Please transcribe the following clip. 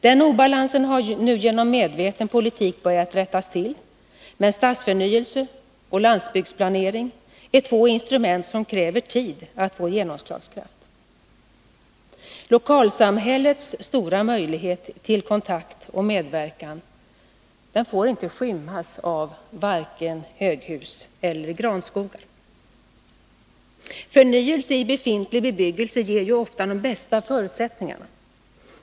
Denna obalans har nu genom medveten politik börjat rättas till, men stadsförnyelse och landsbygdsplanering är två instrument som kräver tid för att få genomslagskraft. Lokalsamhällets stora möjlighet till kontakt och medverkan får inte skymmas av vare sig höghus eller granskog. Förnyelse i befintlig bebyggelse ger ju ofta de bästa förutsättningarna.